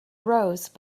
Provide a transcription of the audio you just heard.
rose